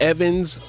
Evans